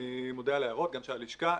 מודה על ההערות גם של הלשכה.